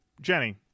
Jenny